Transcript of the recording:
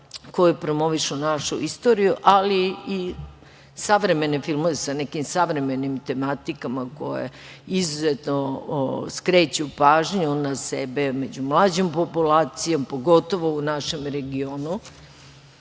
koji promovišu našu istoriju, ali i savremene filmove, sa nekim savremenim tematikama koje izuzetno skreću pažnju na sebe među mlađom populacijom, pogotovo u našem regionu.